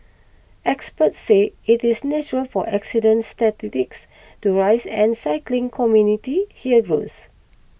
experts say it is natural for accident statistics to rise as cycling community here grows